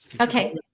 Okay